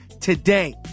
today